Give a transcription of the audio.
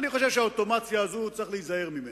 אני חושב שהאוטומציה הזאת, צריך להיזהר ממנה.